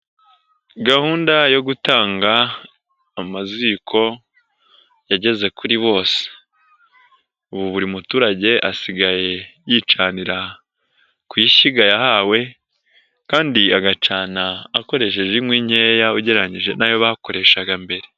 Gahunda yo gutanga amaziko yageze kuri bose ubu buri muturage asigaye yicanira ku ishyiga yahawe kandi agacana akoresheje inkwi nkeya ugereranyije n'ayo bakoreshaga mbere.